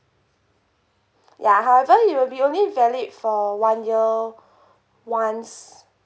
ya however it will be only valid for one year once